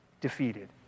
defeated